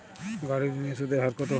গাড়ির ঋণের সুদের হার কতো?